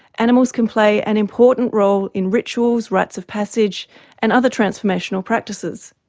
animals can play an important role in rituals, rites of passage and other transformational practices.